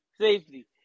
safety